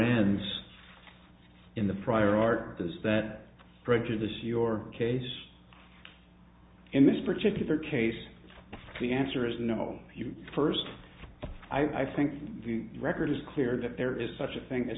does that prejudice your case in this particular case the answer is no you first i think the record is clear that there is such a thing as